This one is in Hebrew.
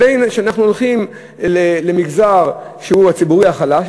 או שאנחנו הולכים למגזר שהוא הציבורי החלש,